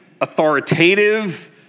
authoritative